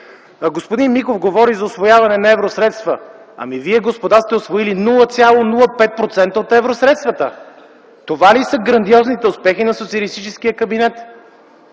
Господин Миков говори за усвояване на евросредства. Вие, господа, сте усвоили 0,05% от евросредствата . Това ли са грандиозните успехи на социалистическия кабинет?